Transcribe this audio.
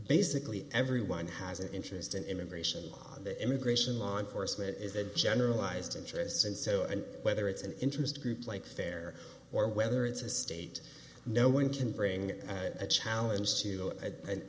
basically everyone has an interest in immigration law the immigration law enforcement is a generalized interests and so and whether it's an interest group like fair or whether it's a state no one can bring a challenge to an